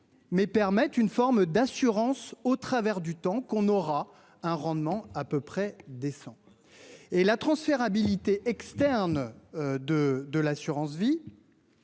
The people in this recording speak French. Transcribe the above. mais permet une forme d'assurance au travers du temps qu'on aura un rendement à peu près décent. Et la transférabilité externe. De de l'assurance vie.